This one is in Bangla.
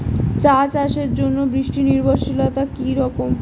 চা চাষের জন্য বৃষ্টি নির্ভরশীলতা কী রকম?